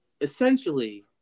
essentially